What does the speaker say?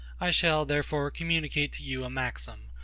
i shall, therefore, communicate to you a maxim,